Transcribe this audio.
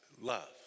love